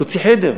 להוציא חדר,